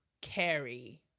carry